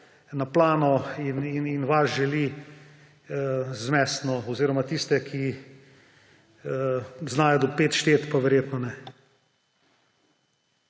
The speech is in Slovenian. na plano in vas želi zmesti oziroma tistih, ki znajo do pet šteti, pa verjetno ne.